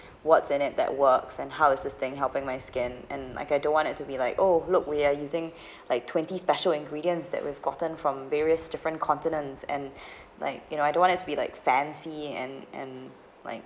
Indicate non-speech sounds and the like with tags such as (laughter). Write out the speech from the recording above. what's in it that works and how is this thing helping my skin and like I don't want it to be like oh look we are using (breath) like twenty special ingredients that we've gotten from various different continents and (breath) like you know I don't want it to be like fancy and and like